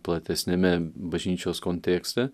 platesniame bažnyčios kontekste